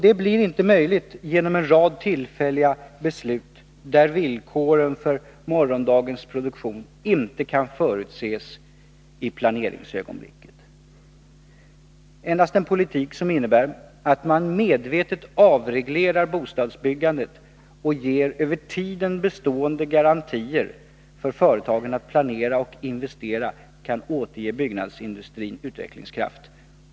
Det blir inte möjligt genom en rad tillfälliga beslut, där villkoren för morgondagens produktion inte kan förutses i planeringsögonblicket. Endast en politik som innebär att man medvetet avreglerar bostadsbyggandet och ger över tiden bestående garantier för företagen att planera och investera kan återge byggnadsindustrin dess utvecklingskraft.